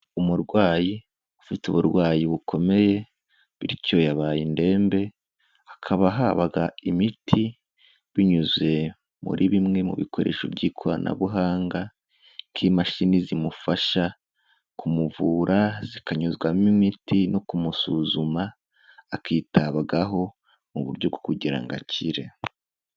Umurwayi ufite uburwayi bukomeye bityo yabaye indembe, hakaba habaga imiti binyuze muri bimwe mu bikoresho by'ikoranabuhanga nk'imashini zimufasha kumuvura zikanyuzwamo imiti no kumusuzuma, akitabwabwaho mu buryo bwo kugira ngo akire.